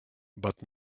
but